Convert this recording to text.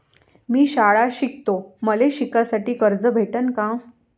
मी शाळा शिकतो, मले शिकासाठी कर्ज भेटन का?